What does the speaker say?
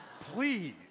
Please